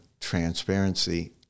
transparency